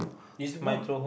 is not